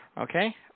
Okay